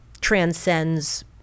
transcends